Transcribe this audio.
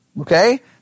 okay